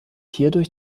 hierdurch